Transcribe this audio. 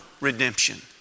redemption